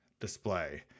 display